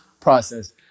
process